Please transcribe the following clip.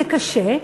זה קשה,